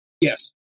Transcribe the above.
Yes